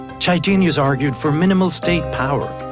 chydenius argued for minimal state power,